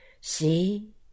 see